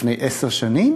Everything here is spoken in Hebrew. לפני עשר שנים